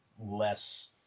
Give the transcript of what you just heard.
less